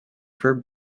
for